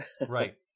Right